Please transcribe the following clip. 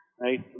right